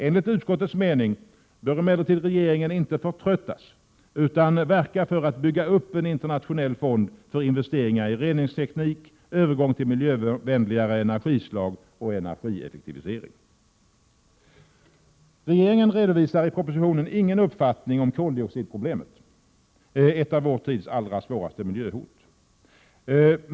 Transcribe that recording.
Enligt utskottets mening bör emellertid regeringen inte förtröttas utan verka för att bygga upp en internationell fond för investeringar i reningsteknik, övergång till miljövänligare energislag och energieffektivisering. Regeringen redovisar i propositionen ingen uppfattning om koldioxidproblemet-— ett av vår tids allra svåraste miljöhot.